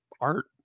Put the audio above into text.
art